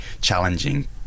challenging